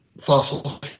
fossil